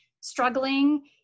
struggling